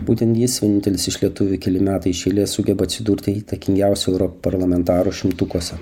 būtent jis vienintelis iš lietuvių keli metai iš eilės sugeba atsidurti įtakingiausių europarlamentarų šimtukuose